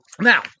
Now